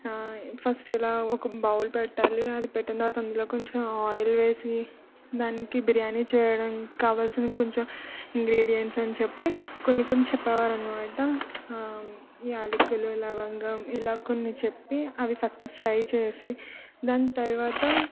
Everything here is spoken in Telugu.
ఫస్టు ఇలా ఒక బౌల్ పెట్టాలి అది పెట్టిన తర్వాత అందులో కొంచం ఆయిల్ వేసి దానికి బిర్యానీ చేయడానికి కావాల్సిన కొంచం ఇంగ్రీడియెంట్స్ అని చెప్పి కొన్ని కొన్నిసి చెప్పేవారు అనమాట యాలకులు లవంగం ఇలా కొన్ని చెప్పి అవి ఫస్టు ఫ్రై చేసి దాని తర్వాత